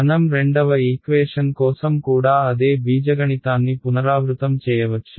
మనం రెండవ ఈక్వేషన్ కోసం కూడా అదే బీజగణితాన్ని పునరావృతం చేయవచ్చు